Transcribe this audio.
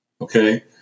Okay